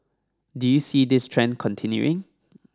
do you see this trend continuing